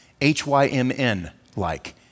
H-Y-M-N-like